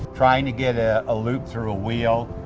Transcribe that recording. trying to get ah a loop through a wheel,